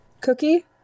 Cookie